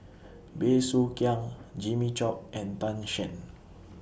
Bey Soo Khiang Jimmy Chok and Tan Shen